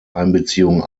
einbeziehung